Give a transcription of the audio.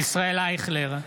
ישראל אייכלר,